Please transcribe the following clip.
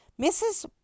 Mrs